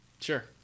Sure